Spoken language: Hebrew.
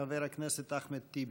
חבר הכנסת אחמד טיבי.